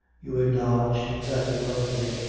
you acknowledged that you loved me.